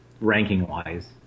ranking-wise